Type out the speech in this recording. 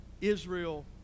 Israel